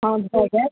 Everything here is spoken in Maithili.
हँ भऽ जाइत